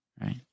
right